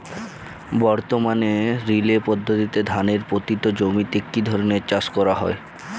বর্তমানে রিলে পদ্ধতিতে ধানের পতিত জমিতে কী ধরনের চাষ করা হয়?